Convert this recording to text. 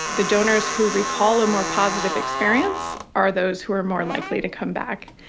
the donors who recall a more positive experience are those who are more likely to come back.